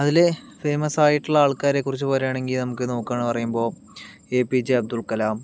അതില് ഫേമസ് ആയിട്ടുള്ള ആൾക്കാരെ കുറിച്ച് പറയുകയാണെങ്കിൽ നമുക്ക് നോക്കാണ് പറയുമ്പോൾ A P J Abdul Kalam